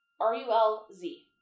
r-u-l-z